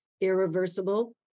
irreversible